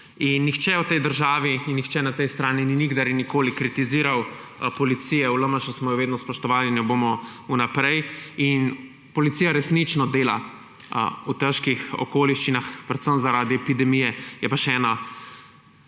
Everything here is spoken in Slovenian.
In nihče v tej državi in nihče na tej strani ni nikdar in nikoli kritiziral policije. V LMŠ smo jo vedno spoštovali in jo bomo tudi v naprej. Policija resnično dela v težkih okoliščinah, predvsem zaradi epidemije. Je pa še ena